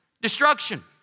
Destruction